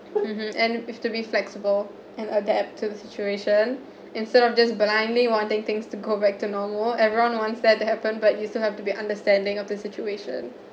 mmhmm and to be flexible and adapt to the situation instead of just blindly wanting things to go back to normal everyone wants that to happen but you still have to be understanding of the situation